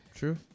true